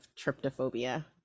tryptophobia